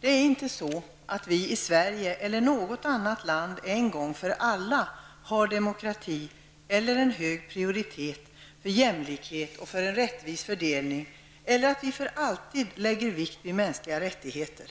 Det är inte så att vi i Sverige eller något annat land en gång för alla har demokrati eller en hög prioritet för jämlikhet och för en rättvis fördelning, eller att vi för alltid lägger vikt vid mänskliga rättigheter.